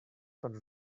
but